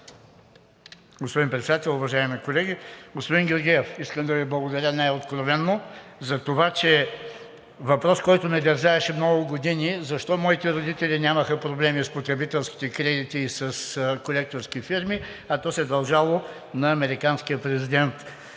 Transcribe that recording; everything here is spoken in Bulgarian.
Господин Председател, уважаеми колеги! Господин Георгиев, искам да Ви благодаря най откровено за това, че въпрос, който ме дерзаеше много години – защо моите родители нямаха проблеми с потребителските кредити и с колекторски фирми, а то се дължало на американския президент